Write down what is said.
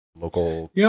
local